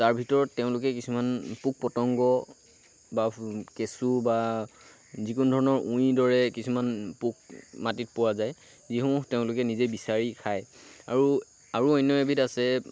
তাৰ ভিতৰত তেওঁলোকে কিছুমান পোক পতংগ বা কেঁচু বা যিকোনো ধৰণৰ উঁইৰ দৰে কিছুমান পোক মাটিত পোৱা যায় যিসমূহ তেওঁলোকে নিজে বিচাৰি খায় আৰু আৰু অন্য এবিধ আছে